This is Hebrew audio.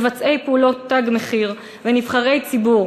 מבצעי פעולות "תג מחיר" ונבחרי ציבור